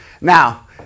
Now